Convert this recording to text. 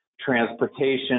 transportation